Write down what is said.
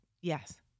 Yes